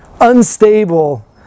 unstable